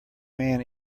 man